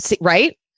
Right